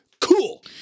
Cool